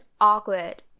awkward